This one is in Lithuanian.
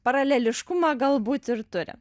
paraleliškumą galbūt ir turi